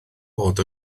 bod